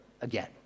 again